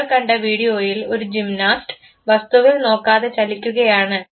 നിങ്ങൾ കണ്ട വീഡിയോയിൽ ഒരു ജിംനാസ്റ്റ് വസ്തുവിൽ നോക്കാതെ ചലിക്കുകയാണ്